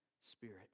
Spirit